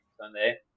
sunday